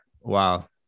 Wow